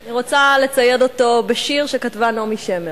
אני רוצה לצייד אותו בשיר שכתבה נעמי שמר.